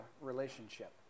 relationship